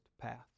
path